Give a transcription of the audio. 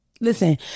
Listen